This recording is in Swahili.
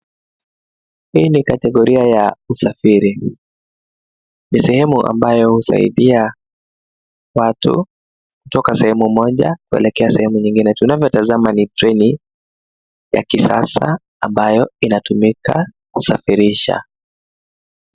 Hii ni kategoria ya usafiri. Ni sehemu ambayo husaidia watu kutoka sehemu moja kuelekea sehemu nyingine. Tunavyotazama ni treni ya kisasa, ambayo inatumika kusafirisha.